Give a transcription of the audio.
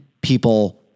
people